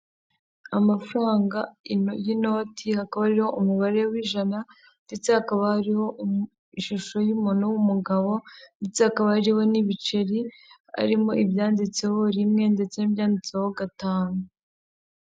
Amafaranga y'inoti, hakaba hariho umubare w'ijana, ndetse hakaba hariho ishusho y'umuntu w'umugabo, ndetse hakaba hariho n'ibiceri, harimo ibyanditseho rimwe, ndetse n'ibyanditseho gatanu.